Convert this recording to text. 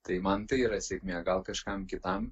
tai man tai yra sėkmė gal kažkam kitam